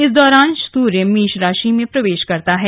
इस दौरान सूर्य मेष राशिः में प्रवेश करता है